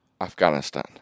Afghanistan